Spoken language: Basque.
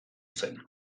zen